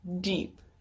deep